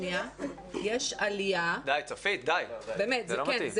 --- יש עלייה --- צופית, די, זה לא מתאים.